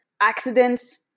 accidents